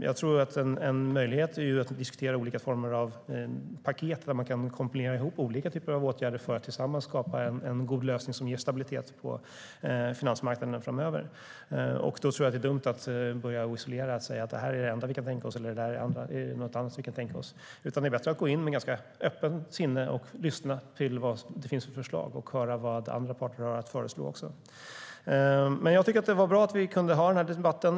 Jag tror att en möjlighet är att vi diskuterar olika former av paket där man kan komponera ihop olika typer av åtgärder för att tillsammans skapa en god lösning som ger stabilitet på finansmarknaden framöver. Då tror jag att det är dumt att börja säga att det här är det enda vi kan tänka oss eller att det där är något annat som vi kan tänka oss. Det är bättre att gå in med ett ganska öppet sinne och lyssna till vad det finns för förslag och höra vad andra parter har att föreslå. Men jag tycker att det var bra att vi kunde ha den här debatten.